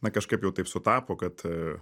na kažkaip jau taip sutapo kad